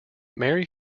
mary